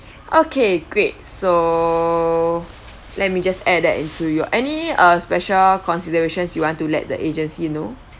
okay great so let me just add that into your any uh special considerations you want to let the agency know